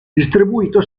distribuito